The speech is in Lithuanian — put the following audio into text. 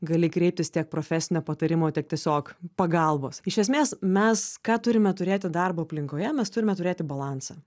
gali kreiptis tiek profesinio patarimo tiek tiesiog pagalbos iš esmės mes ką turime turėti darbo aplinkoje mes turime turėti balansą